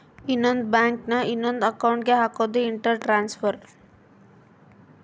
ಇನ್ನೊಂದ್ ಬ್ಯಾಂಕ್ ನ ಇನೊಂದ್ ಅಕೌಂಟ್ ಗೆ ಹಕೋದು ಇಂಟರ್ ಟ್ರಾನ್ಸ್ಫರ್